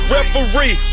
Referee